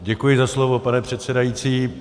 Děkuji za slovo, pane předsedající.